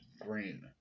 green